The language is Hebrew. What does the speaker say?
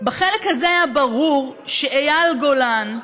בחלק הזה היה ברור שאייל גולן,